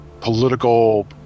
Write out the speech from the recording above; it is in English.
political